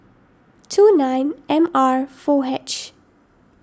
two nine M R four H